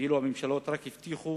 ואילו הממשלות רק הבטיחו